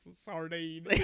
sardine